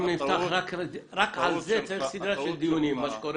רק על זה צריך סדרה של דיונים, מה שקורה